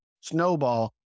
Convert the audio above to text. snowball